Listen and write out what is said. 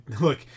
look